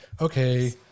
okay